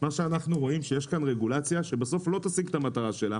מה שאנחנו רואים זה שיש כאן רגולציה שבסוף לא תשיג את המטרה שלה.